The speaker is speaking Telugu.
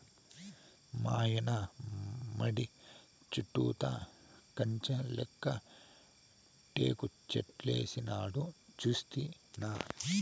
మాయన్న మడి చుట్టూతా కంచెలెక్క టేకుచెట్లేసినాడు సూస్తినా